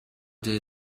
they